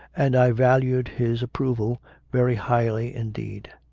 and i valued his approval very highly indeed.